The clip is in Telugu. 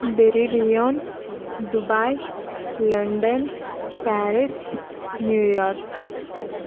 బెరీలియాన్ Dubai London Paris New York